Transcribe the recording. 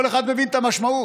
כל אחד מבין את המשמעות.